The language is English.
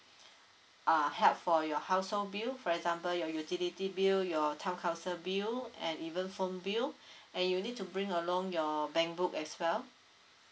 err help for your household bill for example your utility bill your town council bill and even phone bill and you need to bring along your bank book as well